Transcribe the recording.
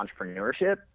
entrepreneurship